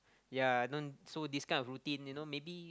yea I don't so this kind of routine you know maybe